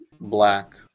black